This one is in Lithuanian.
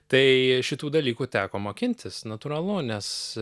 tai šitų dalykų teko mokintis natūralu nes